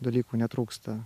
dalykų netrūksta